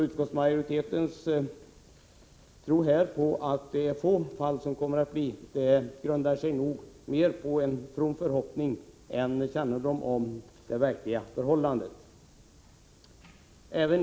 Utskottsmajoritetens tro på att det kommer att bli få fall grundar sig nog mera på en from förhoppning än på kännedom om det verkliga förhållandet.